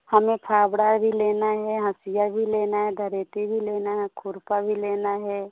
हमें फ़ावड़ा भी लेना है हँसिया भी लेना है दराँती भी लेनी है खुरपा भी लेना है